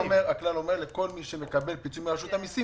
הכלל אומר לכל מי שמקבל פיצוי מרשות המסים,